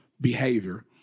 behavior